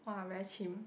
wa very chim